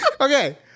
Okay